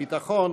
הביטחון,